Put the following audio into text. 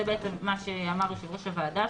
זה מה שאמר יושב-ראש הוועדה,